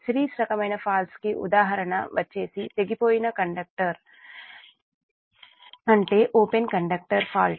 series రకమైన faults కి ఉదాహరణ వచ్చేసి తెగిపోయిన కండక్టర్ అంటే ఓపెన్ కండక్టర్ ఫాల్ట్